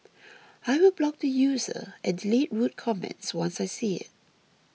I will block the user and delete rude comments once I see it